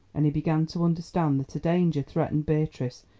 and he began to understand that a danger threatened beatrice,